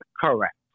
Correct